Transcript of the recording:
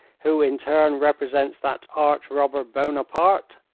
who in turn represents that arch-robber buonaparte?